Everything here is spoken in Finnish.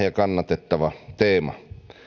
ja kannatettava teema